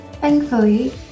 Thankfully